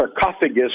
sarcophagus